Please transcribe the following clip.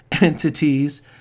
entities